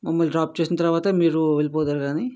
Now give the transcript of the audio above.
మమ్మల్ని డ్రాప్ చేసిన తర్వాత మీరు వెళ్ళిపోదురుగాని